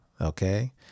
okay